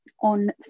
on